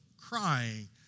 crying